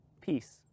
peace